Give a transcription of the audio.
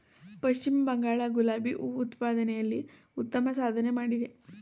ಪಶ್ಚಿಮ ಬಂಗಾಳ ಗುಲಾಬಿ ಹೂ ಉತ್ಪಾದನೆಯಲ್ಲಿ ಉತ್ತಮ ಸಾಧನೆ ಮಾಡಿದೆ